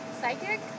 psychic